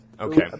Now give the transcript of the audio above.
Okay